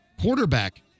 Quarterback